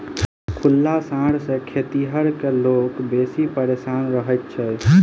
खुल्ला साँढ़ सॅ खेतिहर लोकनि बेसी परेशान रहैत छथि